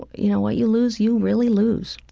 but you know, what you lose, you really lose.